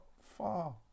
far